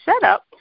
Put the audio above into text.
setup